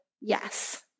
yes